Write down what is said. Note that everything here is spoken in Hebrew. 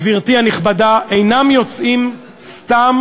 גברתי הנכבדה, אינם יוצאים סתם